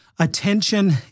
Attention